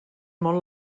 molt